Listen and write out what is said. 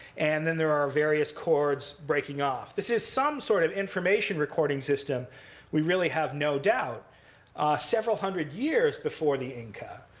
and then there are various cords breaking off. this is some sort of information recording system we really have no doubt several hundred years before the inca.